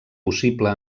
possible